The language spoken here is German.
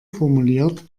formuliert